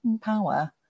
power